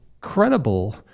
credible